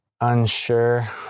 unsure